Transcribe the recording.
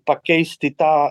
pakeisti tą